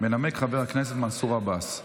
מנמק חבר הכנסת מנסור עבאס,